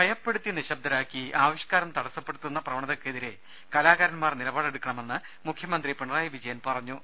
ഭയപ്പെടുത്തി നിശബ്ദരാക്കി ആവിഷ്കാരം തടസ്സപ്പെടുത്തുന്ന പ്രവണത കൾക്കെതിരെ കലാകാരൻമാർ നിലപടെടുക്കണമെന്ന് മുഖ്യമന്ത്രി പിണ റായി വിജയൻ പറഞ്ഞു